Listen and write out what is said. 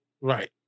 Right